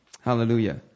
Hallelujah